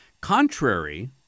Contrary